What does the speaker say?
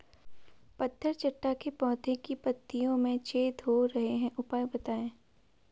पत्थर चट्टा के पौधें की पत्तियों में छेद हो रहे हैं उपाय बताएं?